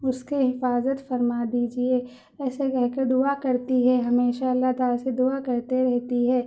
اس کے حفاظت فرما دیجیے ایسا کہہ کے دعا کرتی ہے ہمیشہ اللّہ تعالیٰ سے دعا کرتے رہتی ہے